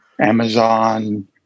Amazon